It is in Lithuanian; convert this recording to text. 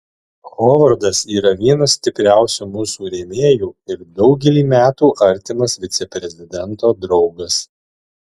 hovardas yra vienas stipriausių mūsų rėmėjų ir daugelį metų artimas viceprezidento draugas